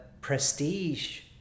prestige